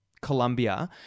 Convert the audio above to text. Colombia